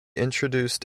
introduced